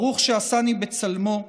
ברוך שעשני בצלמו,